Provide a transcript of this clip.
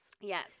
Yes